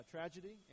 tragedy